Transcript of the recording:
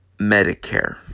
Medicare